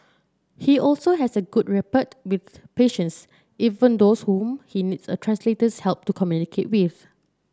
he also has a good rapport with patients even those whom he needs a translator's help to communicate with